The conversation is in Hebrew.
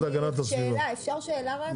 שאלה, אפשר שאלה רק?